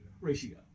ratio